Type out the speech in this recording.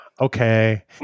okay